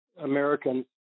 Americans